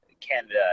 Canada